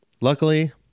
Luckily